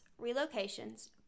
relocations